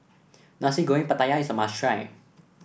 Nasi Goreng Pattaya is a must try